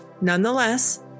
Nonetheless